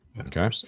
okay